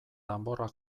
danborrak